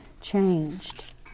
changed